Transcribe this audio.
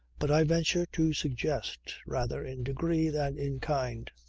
but i venture to suggest rather in degree than in kind.